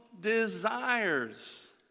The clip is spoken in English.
desires